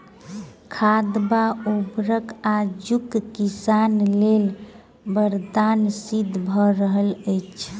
खाद वा उर्वरक आजुक किसान लेल वरदान सिद्ध भ रहल अछि